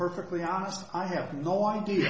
perfectly honest i have no idea